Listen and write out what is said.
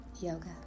yoga